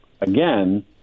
again